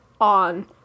on